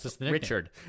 Richard